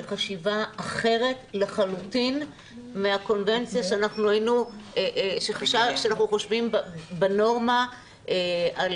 לחשיבה אחרת לחלוטין מהקונבנציה שאנחנו חושבים בנורמה על